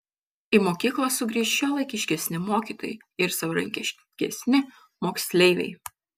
į mokyklas sugrįš šiuolaikiškesni mokytojai ir savarankiškesni moksleiviai